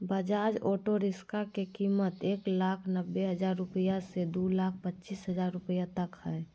Bajaj auto rickshaw के कीमत एक लाख नब्बे हजार रुपया से दू लाख पचीस हजार रुपया तक हइ